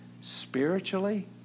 spiritually